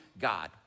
God